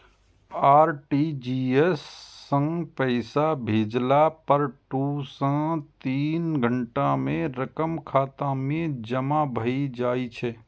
RTGS सं पैसा भेजला पर दू सं तीन घंटा मे रकम खाता मे जमा भए जाइ छै